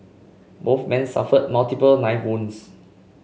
both men suffered multiple knife wounds